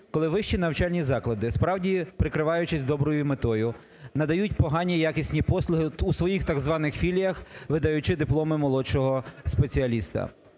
коли вищі навчальні заклади, справді, прикриваючись доброю метою, надають погані якісні послуги у своїх так званих філіях, видаючи дипломи молодшого спеціаліста.